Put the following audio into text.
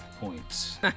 points